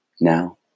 Now